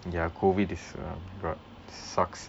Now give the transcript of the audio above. ya COVID is um sucks